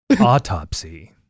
autopsy